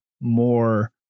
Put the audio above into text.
more